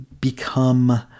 become